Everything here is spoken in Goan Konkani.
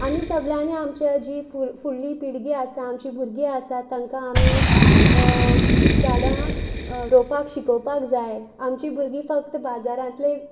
आमी सगळ्यांनी आमच्या जी फूर फुडली पिळगी आसा आमचीं भुरगीं आसात तांकां आमी झाडां रोवपाक शिकोवपाक जाय आमचीं भुरगीं फक्त बाजारातलें